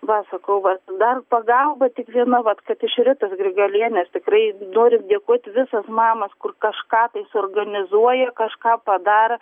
va sakau va dar pagalba tik viena vat kad iš ritos grigalienės tikrai norim dėkot visos mamos kur kažką tai suorganizuoja kažką padaro